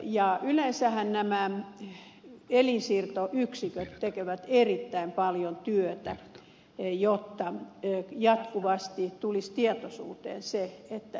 ja yleensähän nämä elinsiirtoyksiköt tekevät erittäin paljon työtä jotta jatkuvasti tulisi tietoisuuteen se että elimiä tarvitaan